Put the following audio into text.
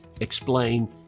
explain